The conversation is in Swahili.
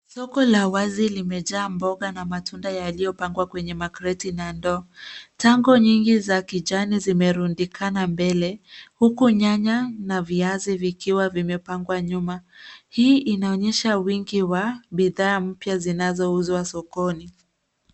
Soko la wazi limejaa mboga na matunda yaliyopangwa kwenye makreti na ndoo. Tango nyingi za kijani zimerundikana mbele huku nyanya na viazi vikiwa vimepangwa nyuma. Hii inaonyesha wingi wa bidhaa mpya zinazo uzwa sokoni.